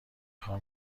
خوام